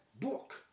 book